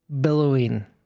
Billowing